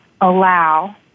allow